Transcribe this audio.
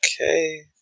Okay